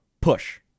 Push